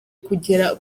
kugera